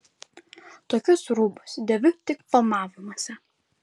tokius rūbus dėviu tik filmavimuose